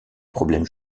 problèmes